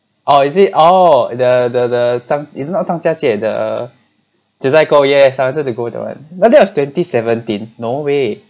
or is it oh the the the zhang it's not zhang jia jie the jiu zhai gou yes I wanted to go that want but that was twenty seventeen no way